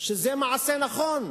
שזה מעשה נכון,